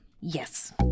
Yes